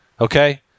Okay